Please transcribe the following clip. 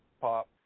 pop